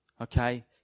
Okay